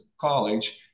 college